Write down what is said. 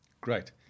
Great